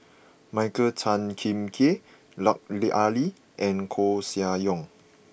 Michael Tan Kim Nei Lut Ali and Koeh Sia Yong